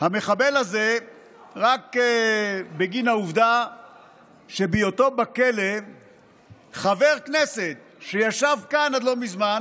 רק בגין העובדה שבהיותו בכלא חבר כנסת שישב כאן עד לא מזמן